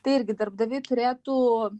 tai irgi darbdaviai turėtų